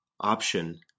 option